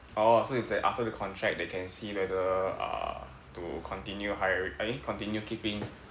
oh so it's like after the contract they can see whether uh to continue hirin~ eh continue keeping